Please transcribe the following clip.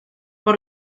por